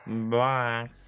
Bye